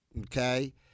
okay